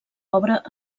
obra